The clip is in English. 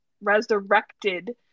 resurrected